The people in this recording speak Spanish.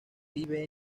vive